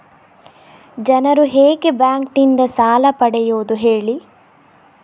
ಜನರು ಹೇಗೆ ಬ್ಯಾಂಕ್ ನಿಂದ ಸಾಲ ಪಡೆಯೋದು ಹೇಳಿ